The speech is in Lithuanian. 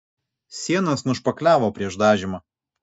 sienas nušpakliavo prieš dažymą